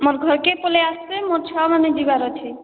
ମୋର ଘରକେ ପଳାଇ ଆସିବେ ମୋର ଛୁଆ ମାନେ ଯିବାର ଅଛେ